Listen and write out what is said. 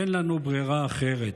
אין לנו ברירה אחרת.